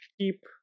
keep